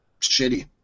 shitty